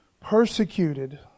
Persecuted